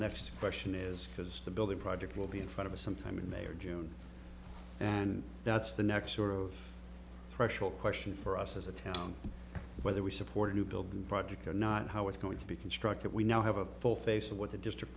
next question is because the building project will be in front of us sometime in may or june and that's the next sort of threshold question for us as a town whether we support a new building project or not how it's going to be constructed we now have a full face of what the